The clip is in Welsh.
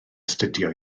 astudio